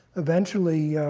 eventually,